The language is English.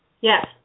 Yes